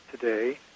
today